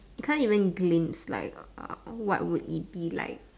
you can't even glimpse what would it be like